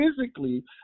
physically